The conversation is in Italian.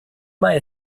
mai